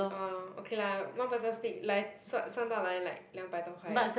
orh okay lah one person split 算到来 like 两百多块而已